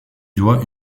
doit